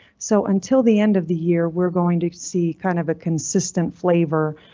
so until the end of the year we're going to see kind of a consistent flavor.